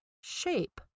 shape